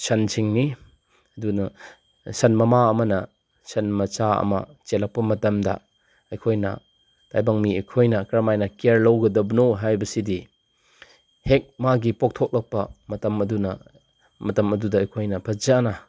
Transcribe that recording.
ꯁꯟꯁꯤꯡꯅꯤ ꯑꯗꯨꯅ ꯁꯟ ꯃꯃꯥ ꯑꯃꯅ ꯁꯟ ꯃꯆꯥ ꯑꯃ ꯆꯦꯜꯂꯛꯄ ꯃꯇꯝꯗ ꯑꯩꯈꯣꯏꯅ ꯇꯥꯏꯕꯪ ꯃꯤ ꯑꯩꯈꯣꯏꯅ ꯀꯔꯝꯃꯥꯏꯅ ꯀꯤꯌꯔ ꯂꯧꯒꯗꯕꯅꯣ ꯍꯥꯏꯕꯁꯤꯗꯤ ꯍꯦꯛ ꯃꯥꯒꯤ ꯄꯣꯛꯊꯣꯛꯂꯛꯄ ꯃꯇꯝ ꯑꯗꯨꯅ ꯃꯇꯝ ꯑꯗꯨꯗ ꯑꯩꯈꯣꯏꯅ ꯐꯖꯅ